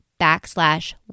backslash